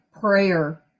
prayer